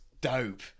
dope